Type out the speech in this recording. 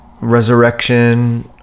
resurrection